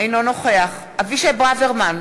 אינו נוכח אבישי ברוורמן,